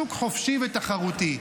שוק חופשי ותחרותי,